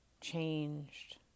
changed